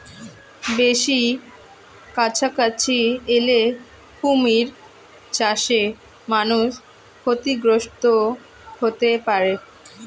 বেশি কাছাকাছি এলে কুমির চাষে মানুষ ক্ষতিগ্রস্ত হতে পারে